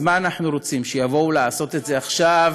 אז מה אנחנו רוצים, שיבואו לעשות את זה עכשיו?